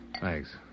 Thanks